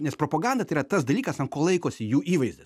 nes propaganda tai yra tas dalykas ant ko laikosi jų įvaizdis